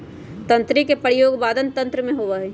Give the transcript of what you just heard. तंत्री के प्रयोग वादन यंत्र में होबा हई